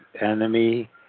enemy